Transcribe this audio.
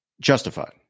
Justified